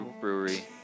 brewery